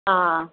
आ